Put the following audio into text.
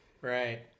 Right